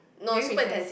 during recess